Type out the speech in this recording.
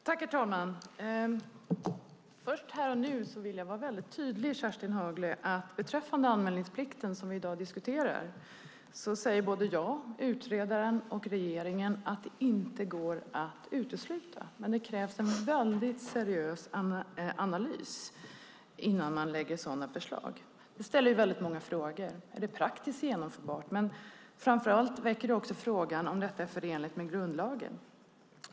Herr talman! Först, Kerstin Haglö, vill jag vara väldigt tydlig att beträffande anmälningsplikten som vi i dag diskuterar säger både jag, utredaren och regeringen att det inte går att utesluta men att det krävs en väldigt seriös analys innan man lägger fram sådana förslag. Det ställer väldigt många frågor. Är det praktiskt genomförbart? Men framför allt väcker det också frågan om detta är förenligt med grundlagen.